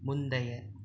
முந்தைய